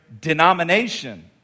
denomination